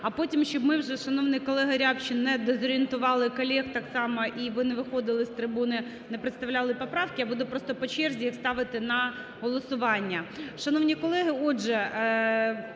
а потім, щоб ми вже, шановний колега Рябчин не дезорієнтували колег так само і ви не виходили, з трибуни не представляли поправки, я буду просто по черзі їх ставити на голосування.